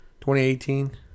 2018